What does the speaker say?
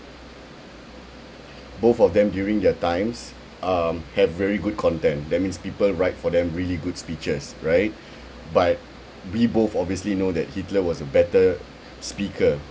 both of them during their times um had very good content that means people write for them really good speeches right but we both obviously know that hitler was a better speaker